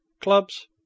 Clubs